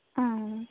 ആ ആ